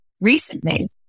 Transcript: recently